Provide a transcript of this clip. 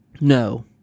No